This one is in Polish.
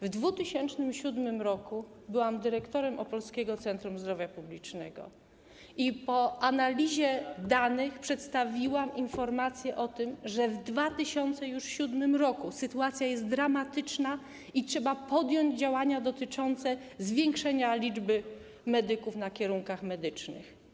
W 2007 r. byłam dyrektorem Opolskiego Centrum Zdrowia Publicznego i po analizie danych przedstawiłam informację o tym, że już w 2007 r. sytuacja jest dramatyczna i trzeba podjąć działania dotyczące zwiększenia liczby medyków na kierunkach medycznych.